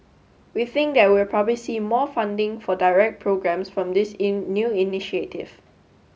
we think that we will probably see more funding for direct programmes from this in new initiative